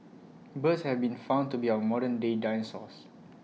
birds have been found to be our modern day dinosaurs